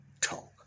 talk